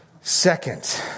Second